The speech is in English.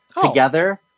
together